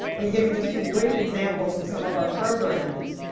let me give you just some brief examples of some of our programs.